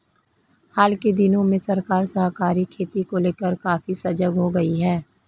हाल के दिनों में सरकार सहकारी खेती को लेकर काफी सजग हो गई है